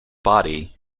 body